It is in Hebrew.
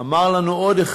אמר לנו עוד אחד,